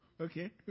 Okay